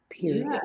period